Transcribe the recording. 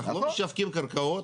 אנחנו לא משווקים קרקעות,